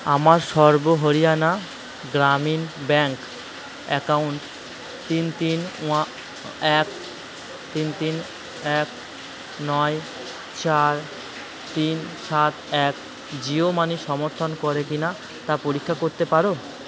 আমার Sarva Haryana Gramin bank account তিন তিন ওয়া এক তিন তিন এক নয় চার তিন সাত এক জিও মানি সমর্থন করে কি না তা পরীক্ষা করতে পারো